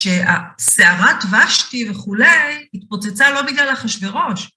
שסערת ושתי וכולי, התפוצצה לא בגלל אחשוורוש.